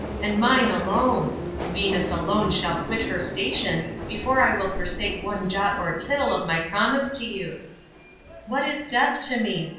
and mine alone venus alone shall quit her station before i will forsake one jot or tittle of my promise to you what is death to me?